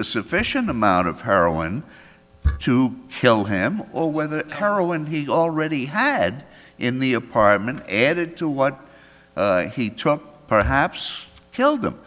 a sufficient amount of heroin to kill him or whether heroin he already had in the apartment added to what he took perhaps killed them